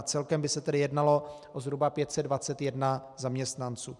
Celkem by se tedy jednalo o zhruba 521 zaměstnanců.